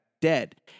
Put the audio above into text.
dead